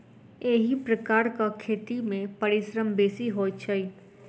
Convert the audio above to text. एहि प्रकारक खेती मे परिश्रम बेसी होइत छै